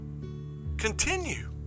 continue